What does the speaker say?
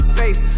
face